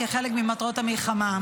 כחלק ממטרות המלחמה.